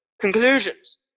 conclusions